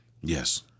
Yes